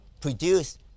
produced